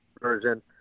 version